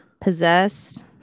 possessed